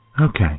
Okay